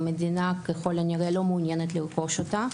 וככל הנראה המדינה לא מעוניינת לרכוש אותה.